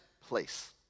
place